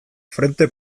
frente